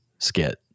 skit